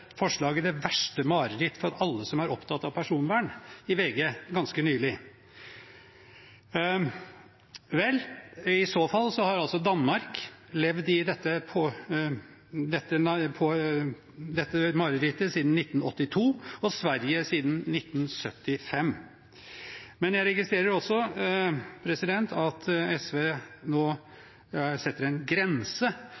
forslaget «det verste marerittet for alle som er opptatt av personvern», i VG ganske nylig. I så fall har Danmark levd i dette marerittet siden 1982 og Sverige siden 1975. Jeg registrerer også at SV